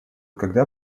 когда